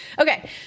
Okay